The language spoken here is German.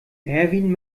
erwin